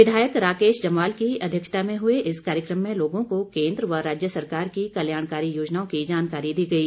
विधायक राकेश जम्वाल की अध्यक्षता में हुए इस कार्यक्रम में लोगों को केन्द्र व राज्य सरकार की कल्याणकारी योजनाओं की जानकारी दी गई